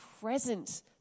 present